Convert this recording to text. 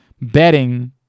betting